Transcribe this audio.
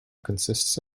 consists